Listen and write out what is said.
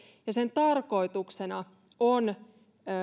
tarkoituksena on